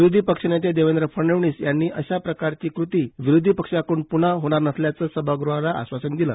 विरोधी पक्षनेते देवेंद्र फडणवीस यांनी अश्या प्रकारची कृती विरोधी पक्षाकडून पृन्हा होणार नसल्याचं सभागृहाला आश्वासन दिलं